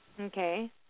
Okay